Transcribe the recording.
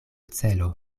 celo